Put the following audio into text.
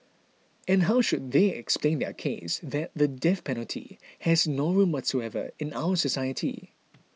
and how should they explain their case that the death penalty has no room whatsoever in our society